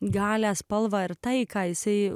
galią spalva ir tai ką jisai